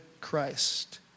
Christ